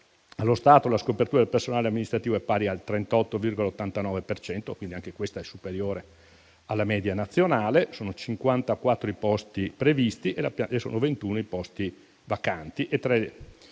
allo stato, la scopertura del personale amministrativo è pari al 38,89 per cento (anche questa è superiore alla media nazionale); sono 54 i posti previsti, 21 quelli vacanti